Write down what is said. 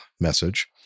message